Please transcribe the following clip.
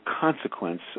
consequence